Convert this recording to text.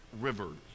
rivers